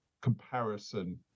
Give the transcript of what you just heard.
comparison